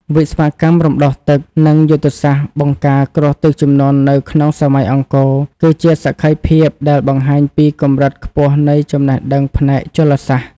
វិស្វកម្មរំដោះទឹក និងយុទ្ធសាស្ត្របង្ការគ្រោះទឹកជំនន់នៅក្នុងសម័យអង្គរ គឺជាសក្ខីភាពដែលបង្ហាញពីកម្រិតខ្ពស់នៃចំណេះដឹងផ្នែកជលសាស្ត្រ។